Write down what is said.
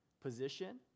position